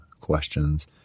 questions—